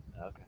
Okay